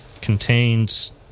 contains